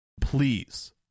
please